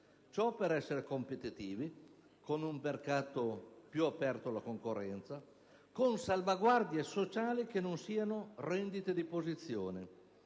di essere competitivi, con un mercato più aperto alla concorrenza, attraverso salvaguardie sociali che non siano rendite di posizione.